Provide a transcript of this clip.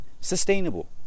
sustainable